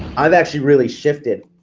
i've actually really shifted.